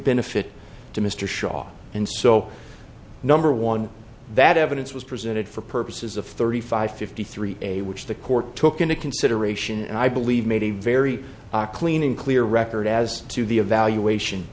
benefit to mr shaw and so number one that evidence was presented for purposes of thirty five fifty three a which the court took into consideration and i believe made a very clean and clear record as to the evaluation